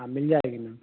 हाँ मिल जाएगी मैम